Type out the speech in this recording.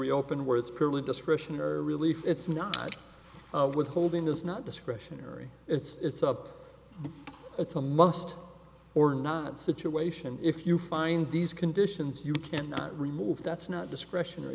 reopen where it's purely discretionary relief it's not withholding is not discretionary it's up to it's a must or not situation if you find these conditions you cannot remove that's not discretionary